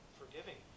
forgiving